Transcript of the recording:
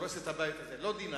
שדורס את הבית הזה, לא די-9,